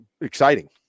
exciting